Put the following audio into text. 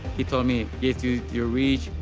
he told me, if you you reach,